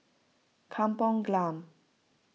Kampung Glam